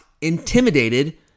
intimidated